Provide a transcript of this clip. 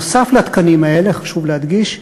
נוסף על התקנים האלה, חשוב להדגיש,